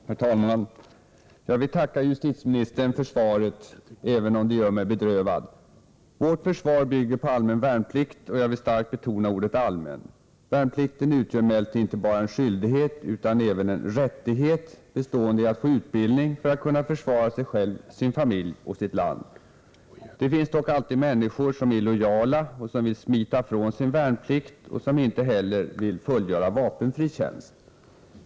Herr talman! Jag vill tacka justitieministern för svaret, även om det gör mig bedrövad. Vårt försvar bygger på allmän värnplikt, och jag vill starkt betona ordet ”allmän”. Värnplikten utgör emellertid inte bara en skyldighet utan även en rättighet, bestående i att få utbildning för att kunna försvara sig själv, sin familj och sitt land. Det finns dock alltid människor som är illojala och som vill smita från sin värnplikt och som inte heller vill fullgöra vapenfri tjänst.